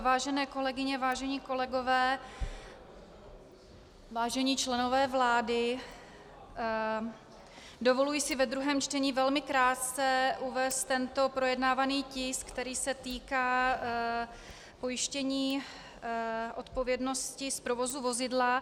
Vážené kolegyně, vážení kolegové, vážení členové vlády, dovoluji si ve druhém čtení velmi krátce uvést tento projednávaný tisk, který se týká pojištění odpovědnosti z provozu vozidla.